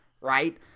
right